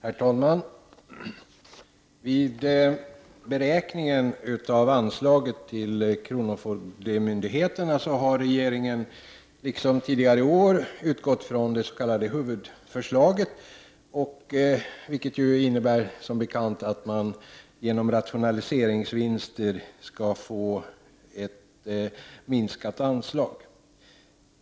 Herr talman! Vid beräkningen av anslaget till kronofogdemyndigheterna har regeringen liksom tidigare år utgått från det s.k. huvudförslaget, vilket som bekant innebär att man genom rationaliseringsvinster skall få ett minskat anslag.